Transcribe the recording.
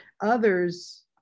Others